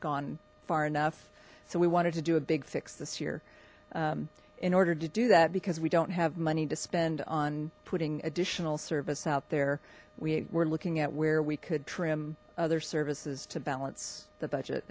gone far enough so we wanted to do a big fix this year in order to do that because we don't have money to spend on putting additional service out there we're looking at where we could trim other services to balance the budget